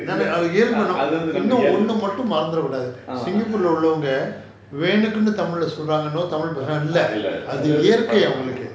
அது வந்து நம்ம இயல்பு ஆமா:athu vanthu namma iyalbu aama அதில்ல அது வந்து பழைய நாம:athilla athu vanthu palaiya naama